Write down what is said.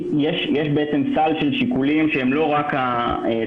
יש בעצם סל של שיקולים שהם לא רק השכר,